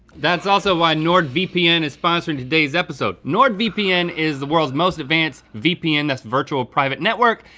that's also why nordvpn is sponsoring today's episode. nordvpn is the world's most advanced vpn, that's virtual private network,